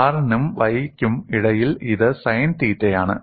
R നും y നും ഇടയിൽ അത് സൈൻ തീറ്റയാണ്